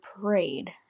Parade